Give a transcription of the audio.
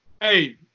Hey